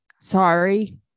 Sorry